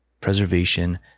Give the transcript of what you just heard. preservation